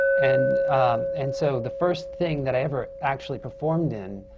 and and so, the first thing that i ever actually performed in